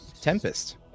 Tempest